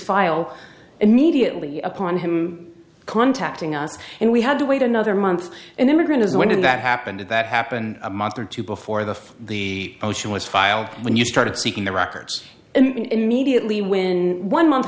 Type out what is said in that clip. file immediately upon him contacting us and we had to wait another month and immigrant is when did that happen did that happen a month or two before the the ocean was filed when you started seeking the records immediately when one month